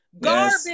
Garbage